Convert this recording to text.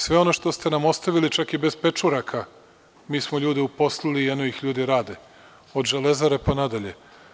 Sve ono što ste nam ostavili, čak i bez pečuraka, mi smo ljude uposlili i eno ih ljudi rade, od „Železare“ pa na dalje.